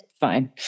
fine